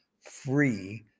free